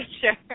sure